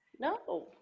No